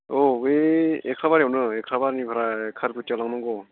औ बे एखाबारियावनो एखाबारिनिफ्राय खारखुथियाव लांनांगौ